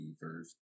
first